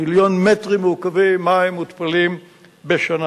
מטרים מעוקבים מים מותפלים בשנה.